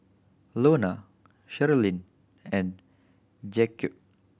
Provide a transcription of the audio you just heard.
Lona Sherilyn and Jaquez